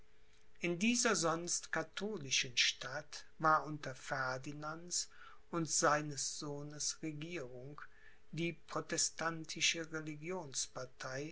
in dieser sonst katholischen stadt war unter ferdinands und seines sohnes regierung die protestantische